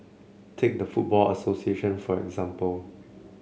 take the football association for example